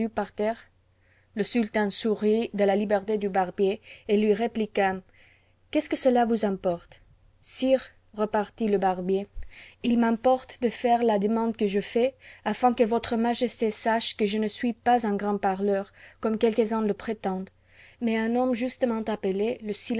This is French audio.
parterre le sultan sourit de la liberté du barbier et lui répliqua qu'est-ce que cela vous importe sire repartit le barbier it m'importe de faire la demande que je fais afin que votre majesté sache que je ne suis pas un grand parleur comme quelques-uns le prétendent mais un homme justement appelé le